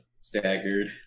staggered